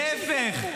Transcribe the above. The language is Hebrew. להפך,